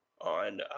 on